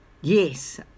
Yes